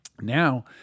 now